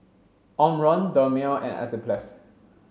Omron Dermale and Enzyplex